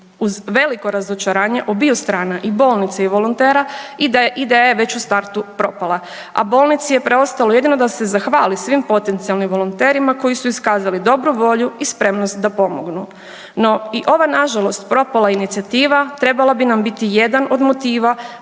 Uz veliko razočaranje obiju strana i bolnice i volontera ideja je već u startu propala, a bolnici je preostalo jedino da se zahvali svim potencijalnim volonterima koji su iskazali dobru volju i spremnost da pomognu. No i ova nažalost propala inicijativa trebala bi nam biti jedan od motiva